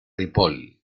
ripoll